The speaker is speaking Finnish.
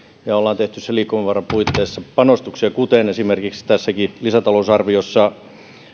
me olemme tehneet sen liikkumavaran puitteissa panostuksia kuten esimerkiksi tässäkin lisätalousarviossa